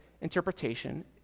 interpretation